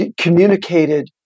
communicated